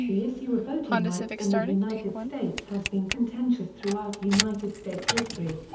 the issue of voting rights in the united states has been contentious throughout united states history.